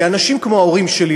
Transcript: ואנשים כמו ההורים שלי,